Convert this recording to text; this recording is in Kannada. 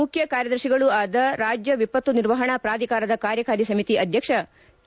ಮುಖ್ಯ ಕಾರ್ಯದರ್ಹಿಗಳೂ ಆದ ರಾಜ್ಯ ವಿಪತ್ತು ನಿರ್ವಹಣಾ ಪುಧಿಕಾರದ ಕಾರ್ಯಕಾರಿ ಸಮಿತಿ ಅಧ್ವಕ್ಷ ಟಿ